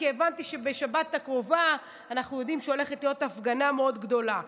כי הבנתי שבשבת הקרובה אנחנו יודעים שהולכת להיות הפגנה מאוד גדולה: